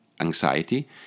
anxiety